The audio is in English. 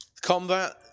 Combat